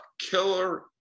killer